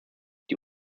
die